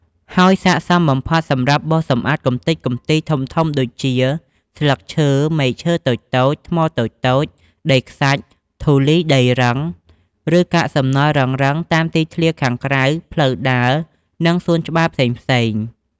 ហើយស័ក្តិសមបំផុតសម្រាប់បោសសម្អាតកម្ទេចកំទីធំៗដូចជា ស្លឹកឈើ មែកឈើតូចៗ ថ្មតូចៗ ដីខ្សាច់ ធូលីដីរឹង ឬកាកសំណល់រឹងៗ តាមទីធ្លាខាងក្រៅ ផ្លូវដើរ និងសួនច្បារផ្សេងៗ។